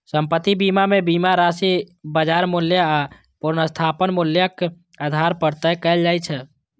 संपत्ति बीमा मे बीमा राशि बाजार मूल्य आ पुनर्स्थापन मूल्यक आधार पर तय कैल जाइ छै